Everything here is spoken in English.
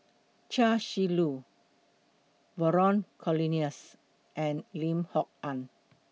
Chia Shi Lu Vernon Cornelius and Lim Kok Ann